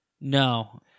No